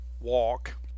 walk